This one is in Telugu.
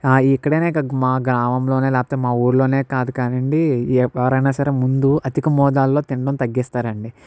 ఆ ఇక్కడ నే కాదు మా గ్రామంలోనే లేపోతే మా ఊర్లోనే కాదు గానీయండి ఏ ద్వారా అయిన ముందు అధిక మోతాదులో తిండం తగ్గిస్తారండి